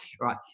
Right